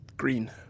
Green